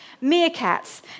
meerkats